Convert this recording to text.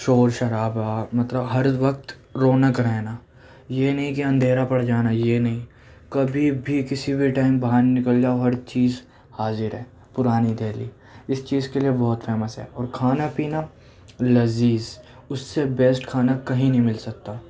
شور شرابا مطلب ہر وقت رونق رہنا یہ نہیں کہ اندھیرا پڑ جانا یہ نہیں کبھی بھی کسی بھی ٹائم باہر نکل جاؤ ہر چیز حاضر ہے پرانی دہلی اس چیز کے لئے بہت فیمس ہے اور کھانا پینا لذیذ اس سے بیسٹ کھانا کہیں نہیں مل سکتا